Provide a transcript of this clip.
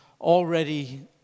already